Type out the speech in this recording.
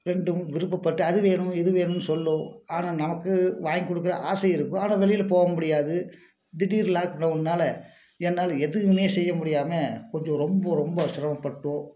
ரெண்டும் விருப்பப்பட்டு அது வேணும் இது வேணும்னு சொல்லும் ஆனால் நமக்கு வாங்கி கொடுக்க ஆசை இருக்கும் ஆனால் வெளியில் போக முடியாது திடீர் லாக்டவுன்னால் என்னால் எதுவுமே செய்ய முடியாமல் கொஞ்சம் ரொம்ப ரொம்ப சிரமப்பட்டோம்